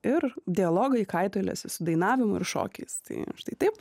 ir dialogai kaitaliojasi su dainavimu ir šokiais tai štai taip